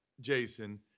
Jason